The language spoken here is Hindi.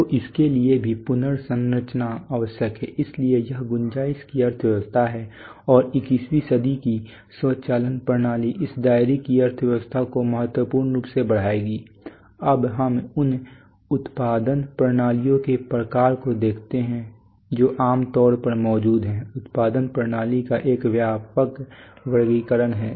तो इसके लिए भी पुनर्संरचना आवश्यक है इसलिए यह गुंजाइश की अर्थव्यवस्था है और 21 वीं सदी की स्वचालन प्रणाली इस दायरे की अर्थव्यवस्था को महत्वपूर्ण रूप से बढ़ाएगी अब हम उन उत्पादन प्रणालियों के प्रकारों को देखते हैं जो आम तौर पर मौजूद हैं उत्पादन प्रणाली का एक व्यापक वर्गीकरण है